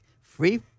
free